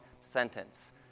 sentence